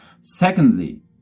Secondly